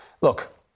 Look